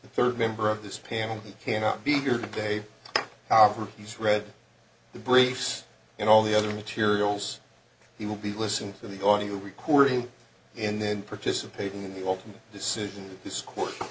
the third member of this panel cannot be here today however he's read the briefs and all the other materials he will be listening to the audio recording and then participating in the ultimate decision this cour